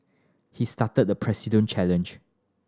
he started the President challenge